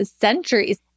centuries